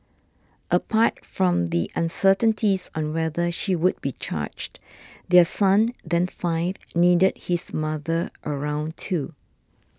apart from the uncertainties on whether she would be charged their son then five needed his mother around too